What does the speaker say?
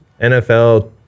NFL